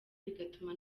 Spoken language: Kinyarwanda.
bigatuma